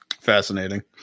fascinating